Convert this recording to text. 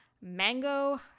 mango